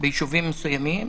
בישובים מסוימים,